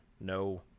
no